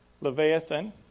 Leviathan